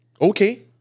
Okay